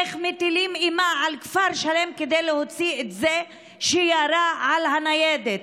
איך מטילים אימה על כפר שלם כדי להוציא את זה שירה על הניידת.